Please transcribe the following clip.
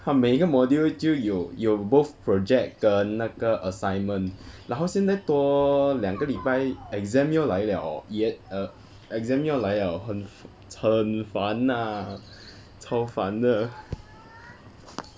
他每一个 module 就有有 both project 跟那个 assignment 然后现在多两个礼拜 exam 要来 liao yet err exam 要来了很很烦 ah 超烦的